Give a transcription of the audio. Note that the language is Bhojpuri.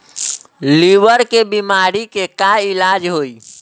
लीवर के बीमारी के का इलाज होई?